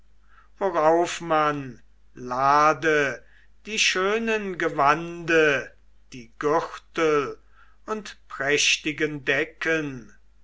worauf man lade die schönen gewande die gürtel und prächtigen decken